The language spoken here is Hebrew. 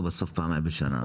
אז אין לו בסוף פעמיים בשנה.